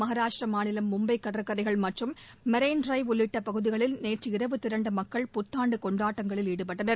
மகாராஷ்டிராமாநிலம் மும்பைகடற்கரைகள் மற்றும் marine drive உள்ளிட்டபகுதிகளில் நேற்று இரவு திரண்டமக்கள் புத்தாண்டுகொண்டாட்டங்களில் ஈடுபட்டனர்